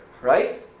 right